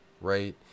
right